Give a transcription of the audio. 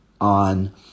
on